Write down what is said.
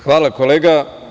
Hvala kolega.